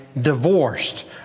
divorced